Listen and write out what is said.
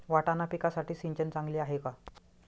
वाटाणा पिकासाठी सिंचन चांगले आहे का?